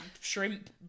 shrimp